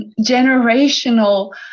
generational